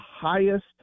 highest